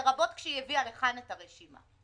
לרבות כשהיא הביאה לכאן את הרשימה?